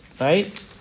right